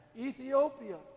Ethiopia